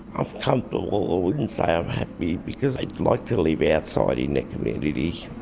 i'm comfortable, i wouldn't say i'm happy because i'd like to live yeah outside in the community.